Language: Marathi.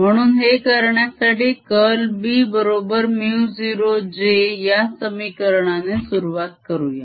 म्हणून हे करण्यासाठी curl B बरोबर μ0 j या समीकरणाने सुरुवात करूया